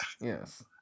yes